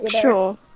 Sure